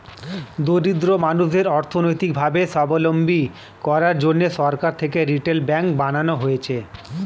দরিদ্র মানুষদের অর্থনৈতিক ভাবে সাবলম্বী করার জন্যে সরকার থেকে রিটেল ব্যাঙ্ক বানানো হয়েছে